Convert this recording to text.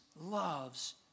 loves